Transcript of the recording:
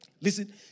Listen